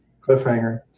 cliffhanger